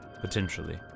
Potentially